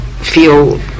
Feel